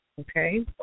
Okay